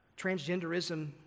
transgenderism